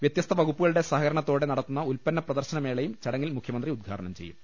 വ്യത്യസ്ത വകുപ്പുകളുടെ സഹകരണത്തോടെ നടത്തുന്ന ഉല്പ ന്നപ്രദർശന മേളയും ചടങ്ങിൽ മുഖ്യമന്ത്രി ഉദ്ഘാടനം ചെയ്യും